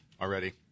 already